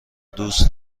دوست